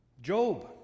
Job